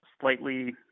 slightly